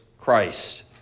Christ